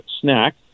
snack